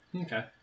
Okay